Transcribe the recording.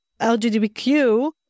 LGBTQ